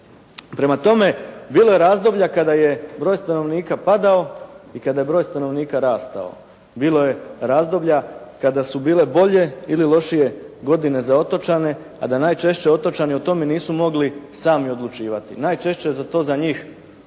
Prema tome, bilo je razdoblja kada je broj stanovnika padao i kada je broj stanovnika rastao. Bilo je razdoblja kada su bile bolje ili lošije godine za otočane, a da najčešće otočani o tome nisu mogli sami odlučivati. Najčešće je to za njih